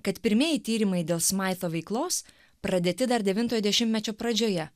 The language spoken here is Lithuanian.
kad pirmieji tyrimai dėl smaito veiklos pradėti dar devintojo dešimtmečio pradžioje